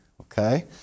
okay